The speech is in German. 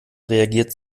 reagiert